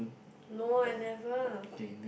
no I never